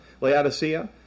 Laodicea